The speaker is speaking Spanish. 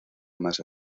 masa